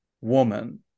woman